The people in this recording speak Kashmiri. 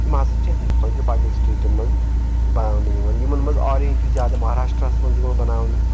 یِم ہسا چھِ ہِندوستان کٮ۪ن باقین سٹیٹن منٛز بناونہٕ یِوان یِمن منٛز آرینٛج چھِ زیادٕ مہراشٹراہس منٛز یِوان بناونہٕ